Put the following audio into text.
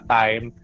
time